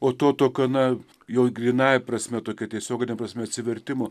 o to tokio na jau grynaja prasme tokia tiesiogine prasme atsivertimo